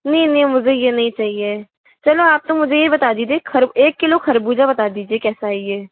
नहीं नहीं मुझे ये नहीं चाहिए चलो आप तो मुझे ये बता दीजिए एक किलो खरबूजा बता दीजिए कैसे है ये